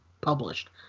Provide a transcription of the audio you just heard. published